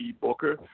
Booker